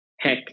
Heck